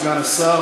תודה רבה לסגן השר.